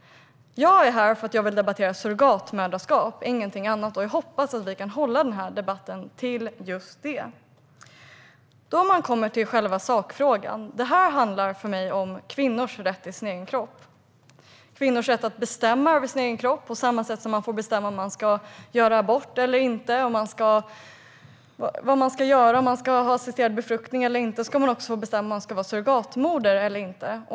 Jag är här för att jag vill debattera surrogatmoderskap, ingenting annat, och jag hoppas att vi kan hålla debatten till just detta. När det gäller själva sakfrågan handlar det för mig om kvinnors rätt till sin egen kropp, rätten att bestämma över sin egen kropp. På samma sätt som man får bestämma om man ska göra abort eller inte och om man ska ha assisterad befruktning eller inte ska man också få bestämma om man ska vara surrogatmoder eller inte.